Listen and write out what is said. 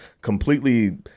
completely